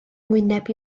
wyneb